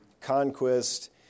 Conquest